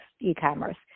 e-commerce